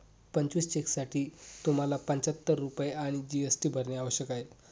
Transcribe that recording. पंचवीस चेकसाठी तुम्हाला पंचाहत्तर रुपये आणि जी.एस.टी भरणे आवश्यक आहे